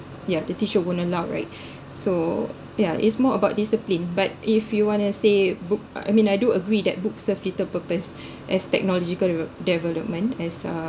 yeah the teacher won't allowed right so yeah it's more about discipline but if you want to say book I mean I do agree that books serve little purpose as technological development as uh